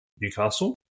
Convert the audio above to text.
Newcastle